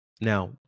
Now